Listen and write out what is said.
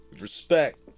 Respect